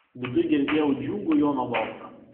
viduj girdėjau džiugų jono balsą